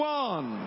one